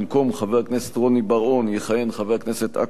במקום חבר הכנסת רוני בר-און,